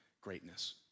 greatness